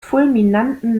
fulminanten